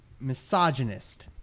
Misogynist